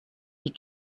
die